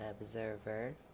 observer